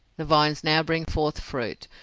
the vines now bring forth fruit,